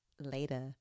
later